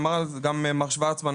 יאמר על זה גם מר שורצמן,